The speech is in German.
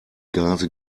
gase